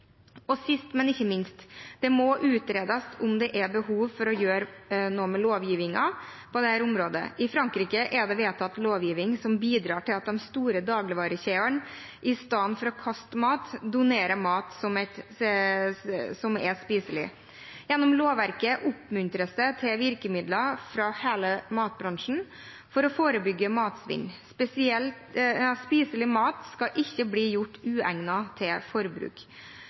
Og sist, men ikke minst: Det må utredes om det er behov for å gjøre noe med lovgivningen på dette området. I Frankrike er det vedtatt lovgivning som bidrar til at de store dagligvarekjedene istedenfor å kaste mat, donerer mat som er spiselig. Gjennom lovverket oppmuntres det til virkemidler fra hele matbransjen for å forebygge matsvinn, spesielt at spiselig mat ikke skal bli gjort uegnet til forbruk.